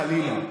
חלילה,